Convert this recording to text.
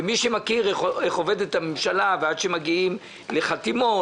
ומי שמכיר איך עובדת הממשלה ועד שמגיעים לחתימות